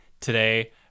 today